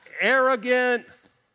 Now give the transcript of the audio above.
arrogant